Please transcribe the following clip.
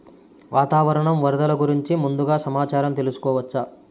వాతావరణం వరదలు గురించి ముందుగా సమాచారం తెలుసుకోవచ్చా?